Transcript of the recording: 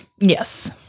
Yes